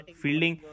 fielding